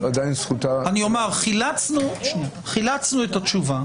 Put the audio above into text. חילצנו את התשובה.